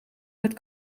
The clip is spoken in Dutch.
met